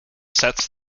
sets